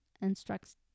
instructs